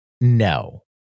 no